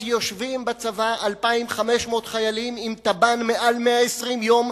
אז יושבים בצבא 2,500 חיילים עם תב"ן מעל 120 יום,